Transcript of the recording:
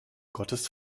gottes